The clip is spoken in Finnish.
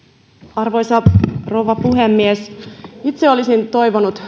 arvoisa rouva puhemies itse olisin